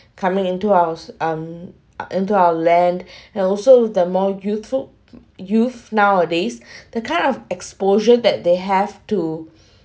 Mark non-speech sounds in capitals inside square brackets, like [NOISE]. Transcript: coming into ours um into our land [BREATH] and also the more youthful youth nowadays [BREATH] the kind of exposure that they have to